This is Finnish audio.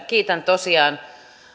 kiitän tosiaan